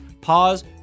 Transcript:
pause